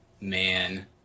Man